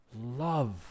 Love